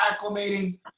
acclimating